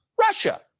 Russia